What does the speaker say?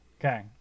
Okay